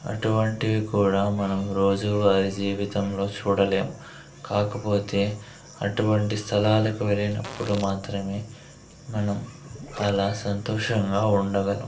అటువంటివి కూడా మనం రోజువారి జీవితంలో చూడలేం కాకపోతే అటువంటి స్థలాలకు వెళ్ళినప్పుడు మాత్రమే మనం అలా సంతోషంగా ఉండగలం